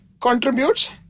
contributes